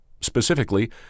specifically